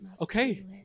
Okay